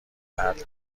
درد